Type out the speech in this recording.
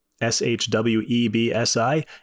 s-h-w-e-b-s-i